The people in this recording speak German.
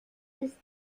ist